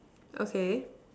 okay